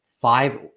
five